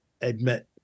admit